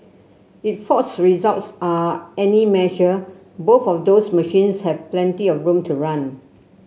if Ford's results are any measure both of those machines have plenty of room to run